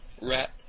rat